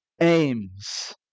aims